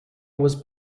was